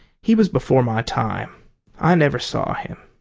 he was before my time i never saw him